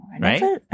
Right